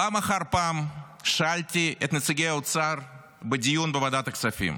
פעם אחר פעם שאלתי את נציגי האוצר בדיון בוועדת הכספים: